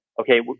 okay